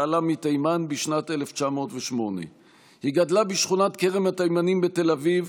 שעלה מתימן בשנת 1908. היא גדלה בשכונת כרם התימנים בתל אביב,